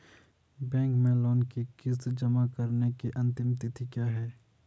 Bank में loan की किश्त जमा कराने की अंतिम तिथि क्या है?